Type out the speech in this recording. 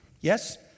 Yes